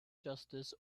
justice